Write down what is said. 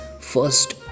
first